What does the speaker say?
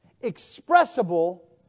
expressible